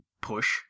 push